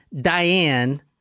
Diane